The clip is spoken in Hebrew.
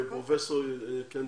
פרופ' קנדל.